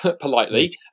politely